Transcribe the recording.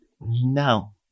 No